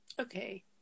Okay